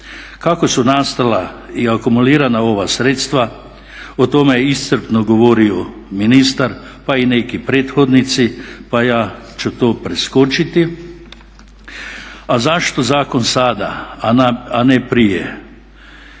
Kako su nastala i akumulirana ova sredstva, o tome je iscrpno govorio ministar pa i neki prethodnici pa ja ću to preskočiti. A zašto zakon sada, a ne prije?